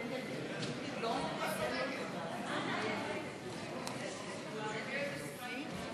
הצעת ועדת הכנסת בדבר הסרת מגבלה של תקופה לעניין העברת הצעות חוק